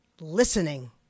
listening